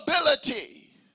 ability